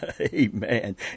Amen